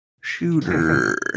Shooter